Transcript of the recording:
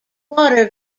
water